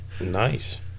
Nice